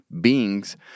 beings